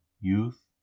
youth